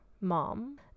mom